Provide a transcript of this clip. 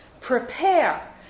prepare